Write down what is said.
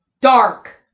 dark